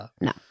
No